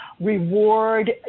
reward